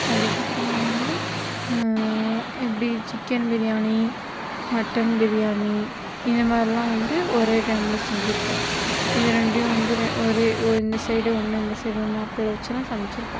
அதுக்கப்பறம் வந்து எப்படி சிக்கன் பிரியாணி மட்டன் பிரியாணி இந்தமாதிரிலாம் வந்து ஒரே டைமில் செஞ்சுருக்கேன் இது ரெண்டையும் வந்து ஒரே இந்த சைடு ஒன்று இந்த சைடு ஒன்று அடுப்பில் வைச்சிலாம் சமைச்சுருக்கோம்